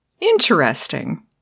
Interesting